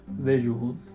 Visuals